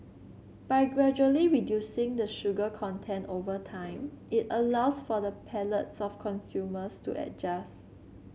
by gradually reducing the sugar content over time it allows for the palates of consumers to adjust